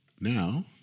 now